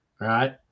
right